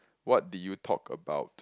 what did you talk about